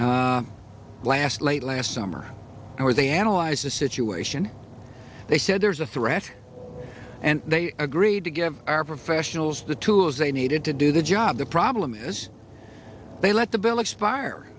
last late last summer where they analyzed the situation they said there's a threat and they agreed to give our professionals the tools they needed to do the job the problem is they let the bill